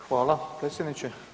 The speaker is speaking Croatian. Hvala, predsjedniče.